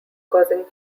causing